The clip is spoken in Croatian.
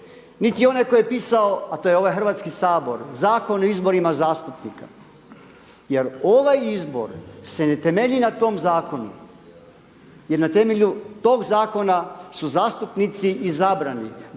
niti onaj koji je pisao, a to je ovaj Hrvatski sabor, Zakon o izborima zastupnika jer ovaj izbor se ne temelji na tom zakonu jer na temelju tog zakona su zastupnici izabrani